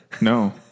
No